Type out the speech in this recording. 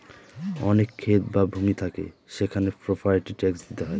অনেক ক্ষেত বা ভূমি থাকে সেখানে প্রপার্টি ট্যাক্স দিতে হয়